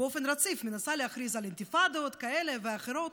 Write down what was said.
הולך לצורכי בניית המנהרות.